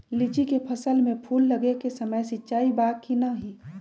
लीची के फसल में फूल लगे के समय सिंचाई बा कि नही?